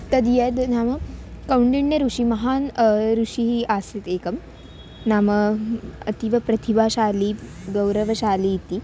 तद् यद् नाम कौण्डिन्यऋषिः महान् ऋषिः आसीत् एकः नाम अतीवप्रतिभाशाली गौरवशाली इति